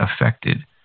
affected